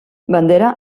bandera